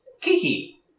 Kiki